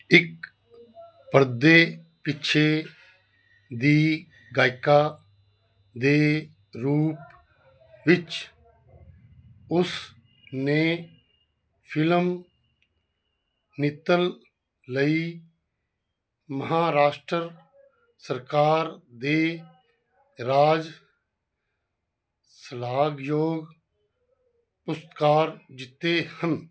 ਇੱਕ ਪਰਦੇ ਪਿੱਛੇ ਦੀ ਗਾਇਕਾ ਦੇ ਰੂਪ ਵਿੱਚ ਉਸ ਨੇ ਫਿਲਮ ਨੀਤਲ ਲਈ ਮਹਾਰਾਸ਼ਟਰ ਸਰਕਾਰ ਦੇ ਰਾਜ ਸ਼ਲਾਘਾਯੋਗ ਪੁਰਸਕਾਰ ਜਿੱਤੇ ਹਨ